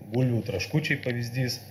bulvių traškučiai pavyzdys